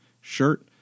shirt